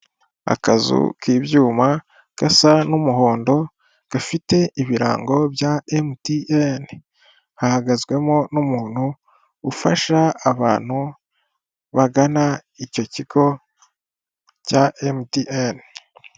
Akazu k'ibyuma gasa n'umuhondo, gafite ibirango bya mtn. Gahagazwemo n'umuntu ufasha abantu bagana icyo kigo cya mtn.